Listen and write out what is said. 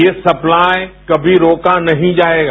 यह सप्लाई कभी रोका नहीं जायेगा